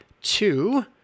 Two